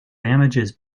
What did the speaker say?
damages